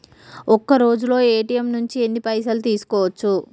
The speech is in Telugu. ఒక్కరోజులో ఏ.టి.ఎమ్ నుంచి ఎన్ని పైసలు తీసుకోవచ్చు?